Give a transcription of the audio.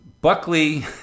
Buckley